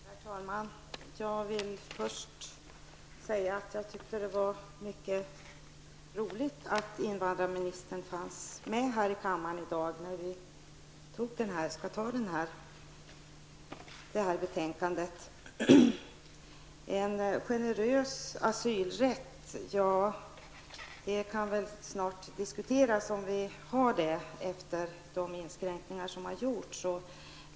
Herr talman! Jag vill först säga att jag tycker att det är mycket glädjande att invandrarministern finns här i kammaren i dag när vi behandlar detta betänkande. Det kan diskuteras om vi har en generös asylrätt efter de inskränkningar som har gjorts.